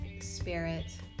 spirit